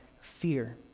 fear